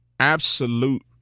absolute